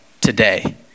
today